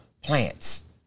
plants